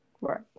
Right